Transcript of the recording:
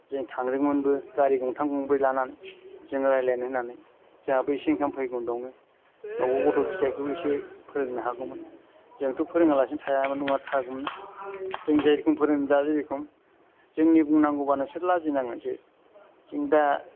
जों थांदोंमोनबो गारि गंथाम गंब्रै लानानै जों रायज्लायनो होननानै जोंहाबो एसे इनकाम फैगौन बेयावनो गावबागाव गथ' फिसाखौ इसे फोरोंनो हागौमोन जोंथ' फोरोङालासिनो थायामोन नङा थागौमोन ना जों जेरेखम फोरोङो दा जेरेखम जोंनि बुंनांगौबा नोंसोर लाजि नांगोनसो जों दा